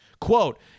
Quote